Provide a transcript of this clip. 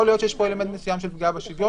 יכול להיות שיש פה אלמנט מסוים של פגיעה בשוויון,